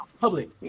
public